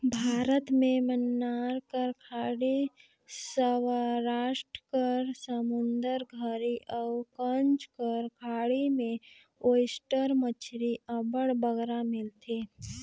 भारत में मन्नार कर खाड़ी, सवरास्ट कर समुंदर घरी अउ कच्छ कर खाड़ी में ओइस्टर मछरी अब्बड़ बगरा मिलथे